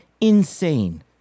insane